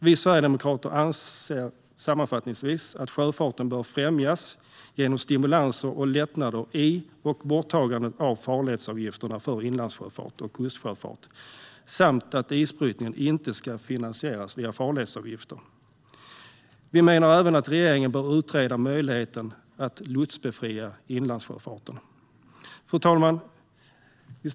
Vi sverigedemokrater anser sammanfattningsvis att sjöfarten bör främjas genom stimulanser och lättnader i eller borttagande av farledsavgifterna för inlands och kustsjöfart samt att isbrytning inte ska finansieras via farledsavgifterna. Vi menar även att regeringen bör utreda möjligheten att lotsbefria inlandssjöfarten. Fru talman!